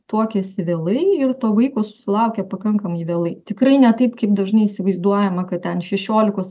tuokiasi vėlai ir to vaiko susilaukia pakankamai vėlai tikrai ne taip kaip dažnai įsivaizduojama kad ten šešiolikos